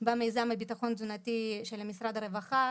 במיזם לביטחון תזונתי של משרד הרווחה,